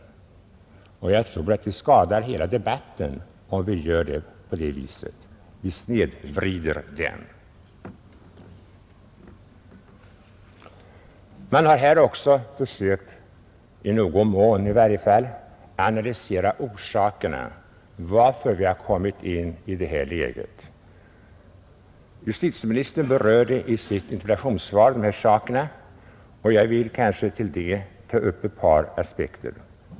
Jag tror att det skadar hela debatten om vi gör på det viset — vi snedvrider den. Man har här också försökt att — i varje fall i någon mån — analysera orsakerna till att vi har kommit i detta läge. Justitieministern berörde dem i sitt interpellationssvar, och jag vill i anslutning till det ta upp ett par aspekter.